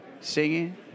singing